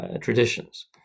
traditions